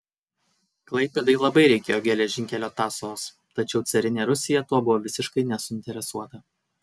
klaipėdai labai reikėjo geležinkelio tąsos tačiau carinė rusija tuo buvo visiškai nesuinteresuota